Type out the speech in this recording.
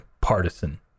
partisan